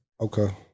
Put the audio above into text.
Okay